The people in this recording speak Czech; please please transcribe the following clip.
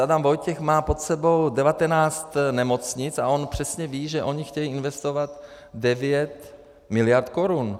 Adam Vojtěch má pod sebou devatenáct nemocnic a on přesně ví, že oni chtějí investovat 9 mld. korun.